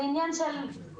זה לא עניין של הרבה זמן.